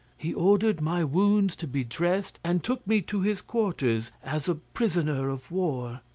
he ordered my wounds to be dressed, and took me to his quarters as a prisoner of war.